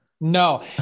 No